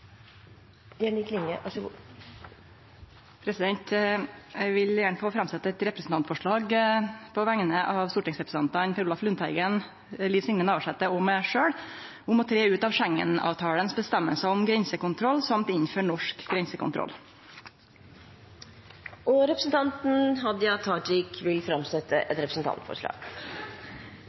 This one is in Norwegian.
vil gjerne setje fram eit representantforslag på vegner av stortingsrepresentantane Per Olaf Lundteigen, Liv Signe Navarsete og meg sjølv om å tre ut av avgjerdene i Schengenavtalen om grensekontroll og innføre norsk grensekontroll. Representanten Hadia Tajik vil framsette et representantforslag.